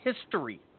history